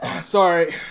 Sorry